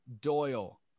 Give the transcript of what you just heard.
Doyle